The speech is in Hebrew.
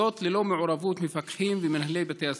וזאת ללא מעורבות מפקחים ומנהלי בתי הספר.